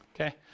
Okay